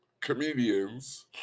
comedians